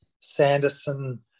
Sanderson